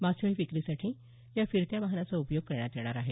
मासळी विक्रीसाठी या फिरत्या वाहनाचा उपयोग करण्यात येणार आहे